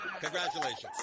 Congratulations